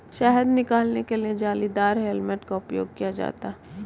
शहद निकालने के लिए जालीदार हेलमेट का उपयोग किया जाता है